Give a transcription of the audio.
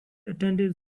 attended